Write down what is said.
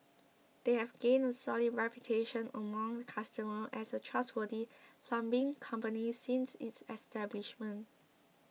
they have gained a solid reputation among customers as a trustworthy plumbing company since its establishment